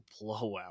blowout